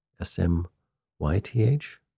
S-M-Y-T-H